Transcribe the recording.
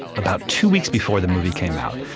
about two weeks before the movie came out,